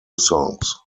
songs